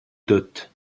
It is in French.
dot